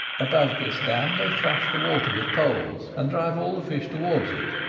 above this dam they thrash the water with poles and drive all the fish towards it,